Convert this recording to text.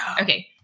Okay